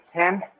ten